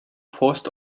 forced